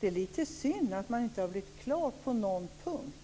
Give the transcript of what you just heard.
det är litet synd att man inte har blivit klar på någon punkt.